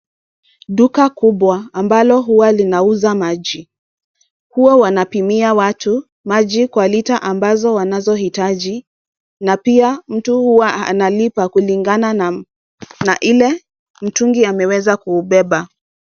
Duka kubwa ambalo huwa linauza maji. Huwa wanapimia watu maji kwa lita ambazo wanazohitaji na pia mtu huwa analipa kulingana na ile mtungi ameweze kuibeba.